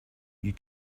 you